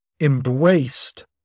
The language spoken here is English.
embraced